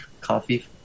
Coffee